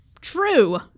true